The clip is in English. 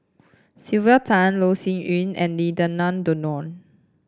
Sylvia Tan Loh Sin Yun and Lim Denan Denon